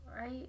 right